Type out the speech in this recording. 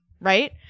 right